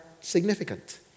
significant